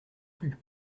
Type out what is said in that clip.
plus